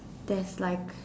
that's like